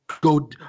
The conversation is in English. go